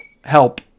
Help